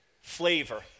Flavor